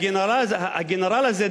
הגנרל הזה,